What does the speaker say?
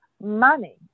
money